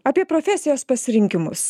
apie profesijos pasirinkimus